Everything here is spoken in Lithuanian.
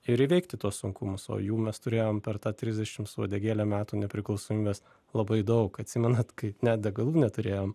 ir įveikti tuos sunkumus o jų mes turėjom per tą trisdešim su uodegėle metų nepriklausomybės labai daug atsimenat kai net degalų neturėjom